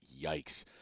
yikes